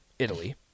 Italy